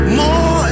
more